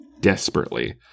desperately